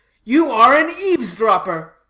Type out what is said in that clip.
you are an eaves-dropper.